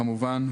כמובן,